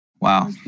Wow